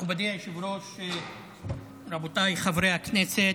מכובדי היושב-ראש, רבותיי חברי הכנסת,